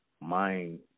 mind